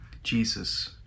Jesus